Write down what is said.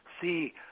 see